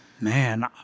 Man